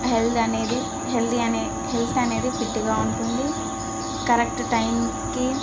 health అనేది healthy అనే health అనేది ఫిట్గా ఉంటుంది కరెక్ట్ టైంకి